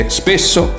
spesso